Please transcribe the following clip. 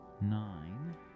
nine